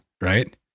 right